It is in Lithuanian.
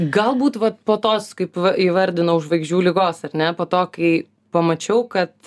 galbūt vat po tos kaip va įvardinau žvaigždžių ligos ar ne po to kai pamačiau kad